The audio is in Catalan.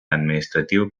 administratiu